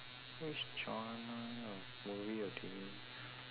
which genre of movie or T_V